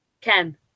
ken